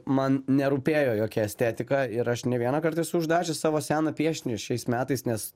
man nerūpėjo jokia estetika ir aš ne vienąkart esu uždaręs savo seną piešinį ir šiais metais nes